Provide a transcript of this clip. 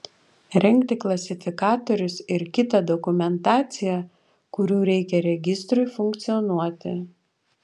rengti klasifikatorius ir kitą dokumentaciją kurių reikia registrui funkcionuoti